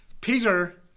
Peter